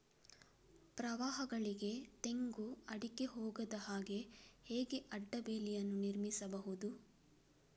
ಪ್ರವಾಹಗಳಿಗೆ ತೆಂಗು, ಅಡಿಕೆ ಹೋಗದ ಹಾಗೆ ಹೇಗೆ ಅಡ್ಡ ಬೇಲಿಯನ್ನು ನಿರ್ಮಿಸಬಹುದು?